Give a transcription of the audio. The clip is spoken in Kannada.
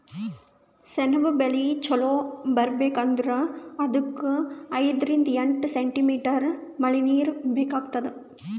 ಸೆಣಬ್ ಬೆಳಿ ಚಲೋ ಬರ್ಬೆಕ್ ಅಂದ್ರ ಅದಕ್ಕ್ ಐದರಿಂದ್ ಎಂಟ್ ಸೆಂಟಿಮೀಟರ್ ಮಳಿನೀರ್ ಬೇಕಾತದ್